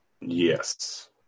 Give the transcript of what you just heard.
Yes